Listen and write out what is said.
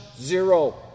Zero